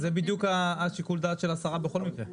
זה בדיוק שיקול הדעת של השרה בכל מקרה.